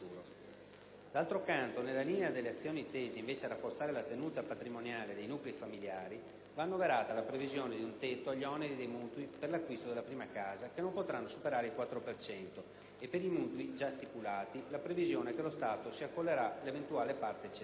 D'altro canto, nella linea delle azioni tese invece a rafforzare la tenuta patrimoniale dei nuclei familiari, va annoverata la previsione di un tetto agli oneri dei mutui per l'acquisto della prima casa, che non potranno superare il 4 per cento, e, per i mutui già stipulati, la previsione che lo Stato si accollerà l'eventuale parte eccedente.